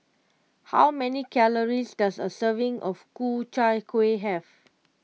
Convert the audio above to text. how many calories does a serving of Ku Chai Kueh have